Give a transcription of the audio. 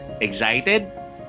Excited